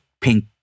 pink